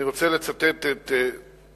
אני רוצה לצטט את דברי